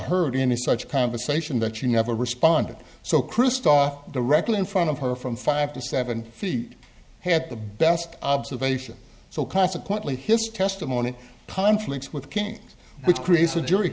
heard any such conversation that you never responded so christophe directly in front of her from five to seven feet had the best observation so consequently his testimony conflicts with kings which creates a jury